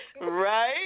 Right